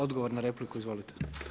Odgovor na repliku, izvolite.